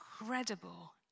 incredible